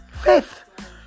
Fifth